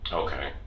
okay